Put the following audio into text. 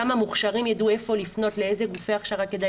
גם המוכשרים ידעו לאיזה גופי הכשרה כדאי